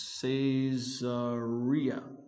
Caesarea